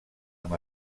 amb